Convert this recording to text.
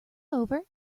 over